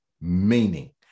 Meaning